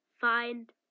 find